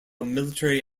military